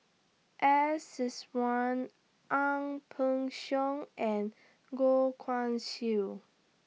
S Iswaran Ang Peng Siong and Goh Guan Siew